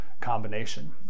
combination